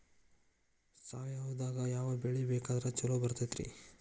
ಸಾವಯವದಾಗಾ ಯಾವ ಬೆಳಿ ಬೆಳದ್ರ ಛಲೋ ಬರ್ತೈತ್ರಿ?